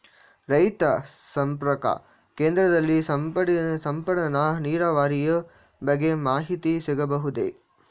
ರೈತ ಸಂಪರ್ಕ ಕೇಂದ್ರದಲ್ಲಿ ಸಿಂಪಡಣಾ ನೀರಾವರಿಯ ಬಗ್ಗೆ ಮಾಹಿತಿ ಸಿಗಬಹುದೇ?